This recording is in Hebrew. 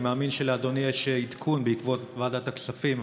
אני מאמין שלאדוני יש עדכון בעקבות ועדת הכספים.